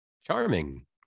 Charming